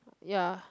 ya